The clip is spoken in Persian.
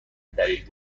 دلیل